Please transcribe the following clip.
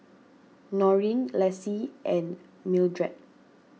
Norine Lacie and Mildred